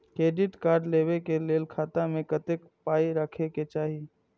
Credit card लेबै के लेल खाता मे कतेक पाय राखै के चाही?